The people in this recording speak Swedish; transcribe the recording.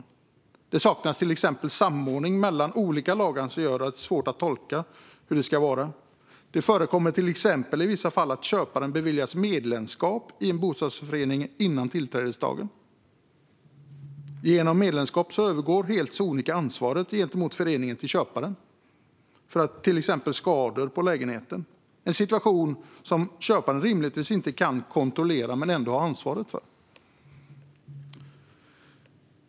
Det saknas till exempel samordning mellan olika lagar, vilket gör det svårt att tolka hur det ska vara. Till exempel förekommer det i vissa fall att köpare beviljas medlemskap i en bostadsrättsförening före tillträdesdagen. Genom medlemskapet övergår ansvaret gentemot föreningen helt sonika till köparen för till exempel skador på lägenheten - en situation som köparen rimligtvis inte kan kontrollera men ändå har ansvaret för.